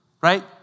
right